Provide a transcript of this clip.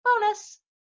Bonus